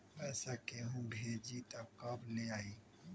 पैसा केहु भेजी त कब ले आई?